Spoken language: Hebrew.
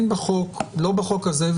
לא בחוק הזה,